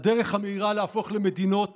הדרך המהירה להפוך למדינות